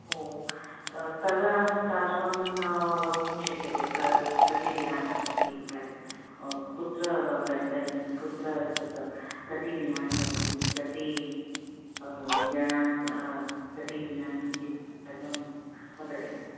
ओ स्थलं सर्वं वक्तुं शक्यते वा कति दिनानि भवन्ति कुत्र गन्तव्यं कुत्र एतत् कति दिनानि भवन्ति कति जनान् कति दिनानि इति सर्वं वदति